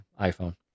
iPhone